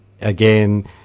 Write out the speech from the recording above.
again